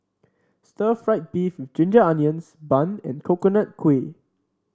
Stir Fried Beef with Ginger Onions bun and Coconut Kuih